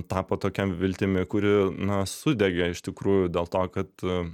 tapo tokia viltimi kuri na sudegė iš tikrųjų dėl to kad